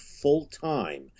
full-time